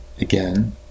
again